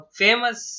famous